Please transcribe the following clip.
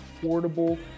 affordable